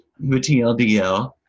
tldl